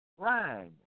rhyme